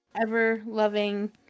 ever-loving